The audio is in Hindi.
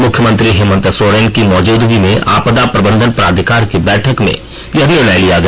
मुख्यमंत्री हेमंत सोरेन की मौजूदगी में आपदा प्रबंधन प्राधिकार की बैठक में यह निर्णय लिया गया